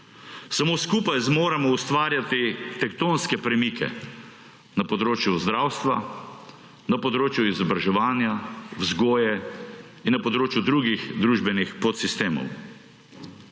Samo skupaj zmoremo ustvarjati tektonske premike na področju zdravstva, na področju izobraževanja, vzgoje in na področju drugih družbenih podsistemov.